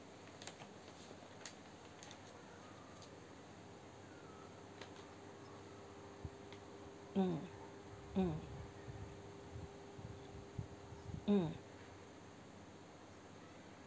mm mm mm